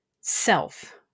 self